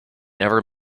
never